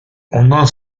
ondan